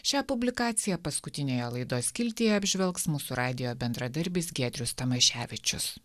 šią publikaciją paskutinėje laidos skiltyje apžvelgs mūsų radijo bendradarbis giedrius tamaševičius